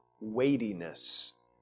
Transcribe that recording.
weightiness